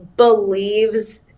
believes